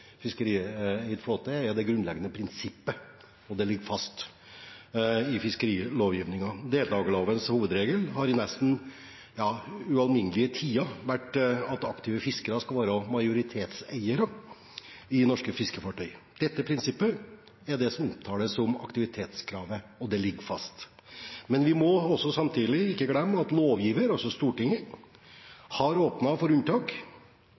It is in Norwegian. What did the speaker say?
det grunnleggende prinsippet, og det ligger fast i fiskerilovgivningen. Deltakerlovens hovedregel har i nesten uminnelige tider vært at aktive fiskere skal være majoritetseiere i norske fiskefartøy. Dette prinsippet er det som omtales som aktivitetskravet. Og det ligger fast. Men vi må samtidig ikke glemme at lovgiver, altså Stortinget, har åpnet for unntak